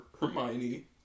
Hermione